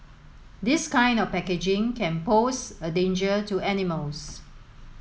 this kind of packaging can pose a danger to animals